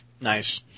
Nice